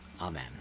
Amen